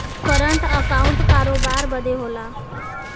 current account करोबार बदे होला